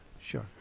Sure